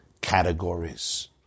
categories